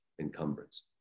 encumbrance